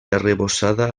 arrebossada